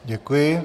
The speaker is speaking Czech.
Děkuji.